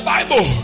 Bible